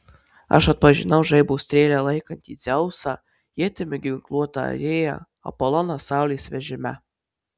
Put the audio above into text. aš atpažinau žaibo strėlę laikantį dzeusą ietimi ginkluotą arėją apoloną saulės vežime